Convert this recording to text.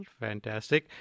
fantastic